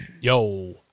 Yo